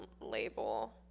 label